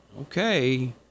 okay